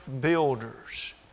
builders